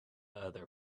other